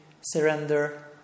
surrender